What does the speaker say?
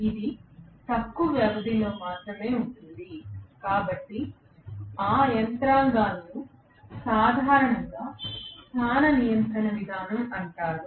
ఇది తక్కువ వ్యవధిలో మాత్రమే ఉంటుంది కాబట్టి ఆ యంత్రాంగాలను సాధారణంగా స్థాన నియంత్రణ విధానం అంటారు